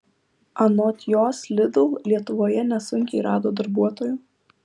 anot jos lidl lietuvoje nesunkiai rado darbuotojų